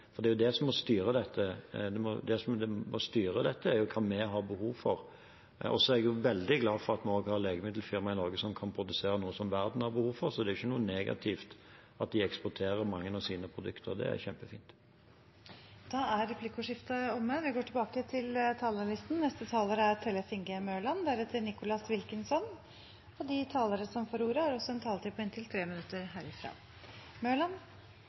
Det er jo det som må styre dette. Det som må styre dette, er hva vi har behov for. Og så er jeg veldig glad for at vi også har legemiddelfirma i Norge som kan produsere noe som verden har behov for, så det er jo ikke noe negativt at de eksporterer mange av sine produkter. Det er kjempefint. Replikkordskiftet er omme. De talerne som heretter får ordet, har en taletid på inntil 3 minutter I replikkordskiftet